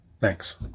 Thanks